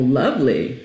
lovely